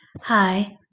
Hi